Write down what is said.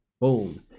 boom